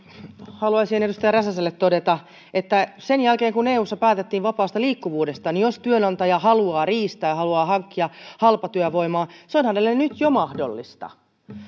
haluaisin edustaja räsäselle todeta että sen jälkeen kun eussa päätettiin vapaasta liikkuvuudesta niin jos työnantaja haluaa riistää ja haluaa hankkia halpatyövoimaa se on hänelle nyt jo mahdollista